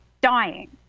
dying